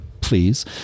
please